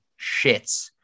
shits